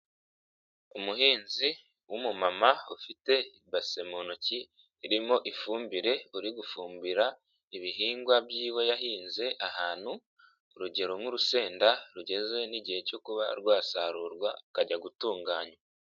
Umuhinzi w'umumama, ufite base mu ntoki, irimo ifumbire, uri gufumbira, ibihingwa by'iwe yahinze ahantu, urugero nk' urusenda, rugeze n'igihe cyo kuba rwasarurwa rukajya gutunganywa.